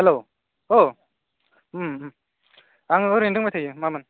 hello औ आङो ओरैनो दंबाय थायो मामोन